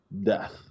death